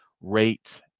rate